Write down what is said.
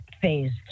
phase